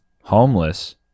homeless